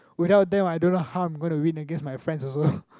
without them I don't know how I'm going to win against my friends also